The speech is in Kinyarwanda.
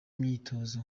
myitozo